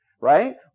right